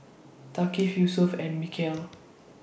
Thaqif Yusuf and Mikhail